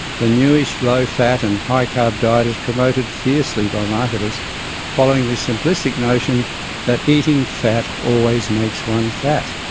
the newish low fat and high carb diet is promoted fiercely by marketers following the simplistic notion that eating fat always makes one fat.